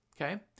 Okay